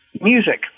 music